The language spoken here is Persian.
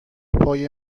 پای